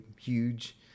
huge